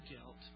guilt